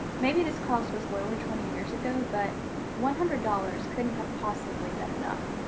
maybe this cost was lower twenty years ago, but one hundred dollars couldn't have possibly been enough,